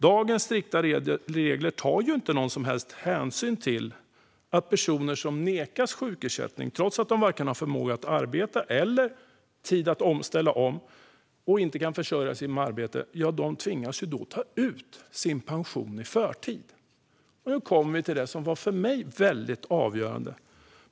Dagens strikta regler tar inte någon som helst hänsyn till att personer som nekas sjukersättning trots att de varken har förmåga att arbeta eller tid att ställa om, och som inte kan försörja sig genom arbete tvingas ta ut sin pension i förtid. Nu kommer vi till det som för mig var väldigt avgörande.